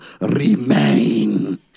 remain